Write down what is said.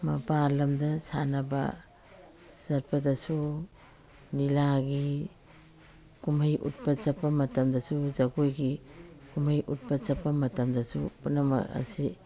ꯃꯄꯥꯟ ꯂꯝꯗ ꯁꯥꯟꯅꯕ ꯆꯠꯄꯗꯁꯨ ꯂꯤꯂꯥꯒꯤ ꯀꯨꯝꯍꯩ ꯎꯠꯄ ꯆꯠꯄ ꯃꯇꯝꯗꯁꯨ ꯖꯒꯣꯏꯒꯤ ꯀꯨꯝꯍꯩ ꯎꯠꯄ ꯆꯠꯄ ꯃꯇꯝꯗꯁꯨ ꯄꯨꯝꯅꯃꯛ ꯑꯁꯤ